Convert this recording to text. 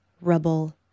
rubble